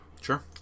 sure